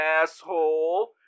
asshole